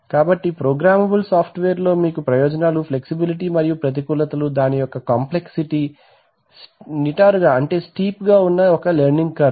కాబట్టి programmable software లో మీకు ప్రయోజనములు ఫ్లెక్సిబిలిటీ మరియు ప్రతికూలతలు దాని యొక్క కాంప్లెక్సిటీ ఇంకా నిటారుగా ఉన్న లెర్నింగ్ కర్వ్